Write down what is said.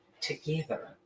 together